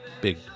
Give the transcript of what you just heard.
big